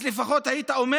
אז לפחות היית אומר: